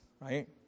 right